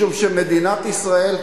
משום שמדינת ישראל,